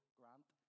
grant